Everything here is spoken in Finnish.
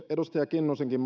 edustaja kinnusenkin